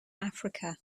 africa